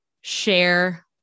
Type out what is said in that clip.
share